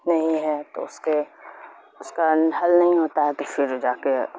نہیں ہے تو اس کے اس کاان حل نہیں ہوتا ہے تو فری رہ کے